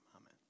amen